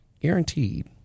guaranteed